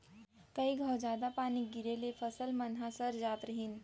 कई घौं जादा पानी गिरे ले फसल मन सर जात रहिन